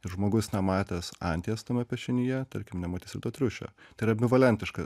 ir žmogus nematęs anties tame piešinyje tarkim nematys ir to triušio tai yra ambivalentiška